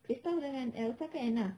kristoff dengan elsa ke anna